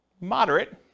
Moderate